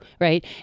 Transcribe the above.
right